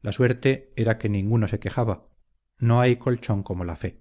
la suerte era que ninguno se quejaba no hay colchón como la fe